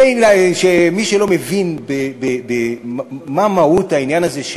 למי שלא מבין מה מהות העניין הזה,